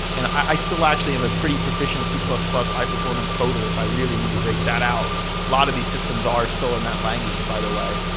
and i still actually i'm a pretty proficient c plus plus high-performance coder if i really need to break that out. lot of these systems are still in that language, by the way.